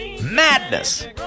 Madness